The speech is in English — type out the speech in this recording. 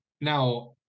now